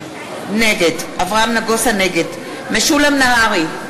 נגד משולם נהרי,